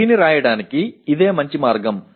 దీన్ని వ్రాయడానికి ఇదే మంచి మార్గం